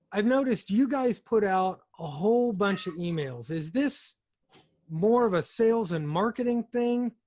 i've noticed you guys put out a whole bunch of emails. is this more of a sales and marketing thing,